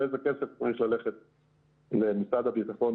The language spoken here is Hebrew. ואיזה כסף צריך ללכת למשרד הביטחון,